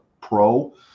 pro